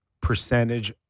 percentage